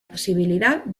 posibilidad